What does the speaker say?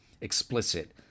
explicit